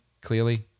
clearly